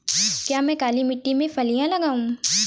क्या मैं काली मिट्टी में फलियां लगाऊँ?